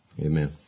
Amen